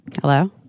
Hello